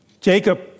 Jacob